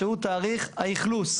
שהוא תאריך האכלוס.